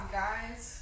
guys